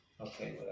Okay